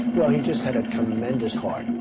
well he just had a tremendous heart.